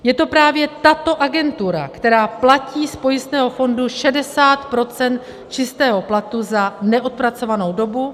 Je to právě tato agentura, která platí z pojistného fondu 60 % čistého platu za neodpracovanou dobu.